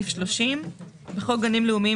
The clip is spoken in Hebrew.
30. בחוק גנים לאומיים,